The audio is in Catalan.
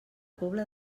pobla